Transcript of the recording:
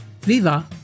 Viva